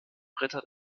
ritter